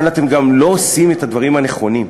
אבל אתם גם לא עושים את הדברים הנכונים.